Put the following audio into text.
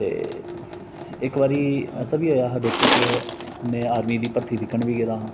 ते इक बारी ऐसा बी होआ हा बिच के में आर्मी दी भर्थी दिक्खन बी गेदा हा